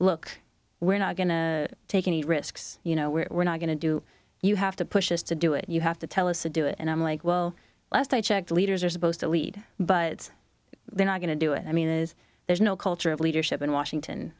look we're not going to take any risks you know we're not going to do you have to push us to do it you have to tell us to do it and i'm like well last i checked leaders are supposed to lead but they're not going to do it i mean is there's no culture of leadership in washington